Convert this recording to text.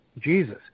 jesus